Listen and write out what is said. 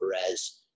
Perez